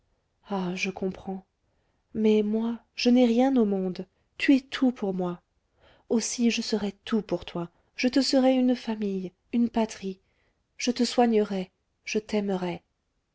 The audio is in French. ah je comprends mais moi je n'ai rien au monde tu es tout pour moi aussi je serai tout pour toi je te serai une famille une patrie je te soignerai je t'aimerai